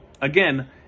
again